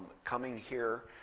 coming here.